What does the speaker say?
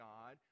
God